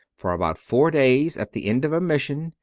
for about four days at the end of a mission,